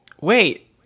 Wait